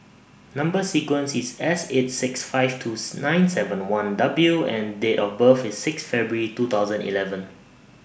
Number sequence IS S eight six five twos nine seven one W and Date of birth IS six February two thousand eleven